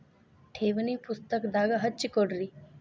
ಠೇವಣಿ ಪುಸ್ತಕದಾಗ ಹಚ್ಚಿ ಕೊಡ್ರಿ